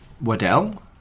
Waddell